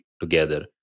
together